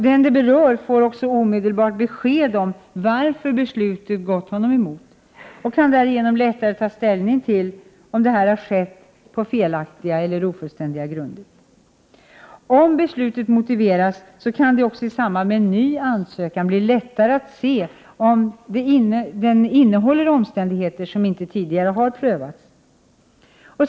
Den det berör får omedelbart besked om varför beslutet gått honom emot och kan därigenom lättare ta ställning till om detta skett på felaktiga eller ofullständiga grunder. Om beslutet motiveras, kan det också i samband med en ny ansökan bli lättare att se, om den innehåller omständigheter som inte tidigare har prövats.